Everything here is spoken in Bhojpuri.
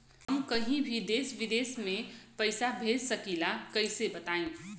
हम कहीं भी देश विदेश में पैसा भेज सकीला कईसे बताई?